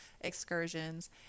excursions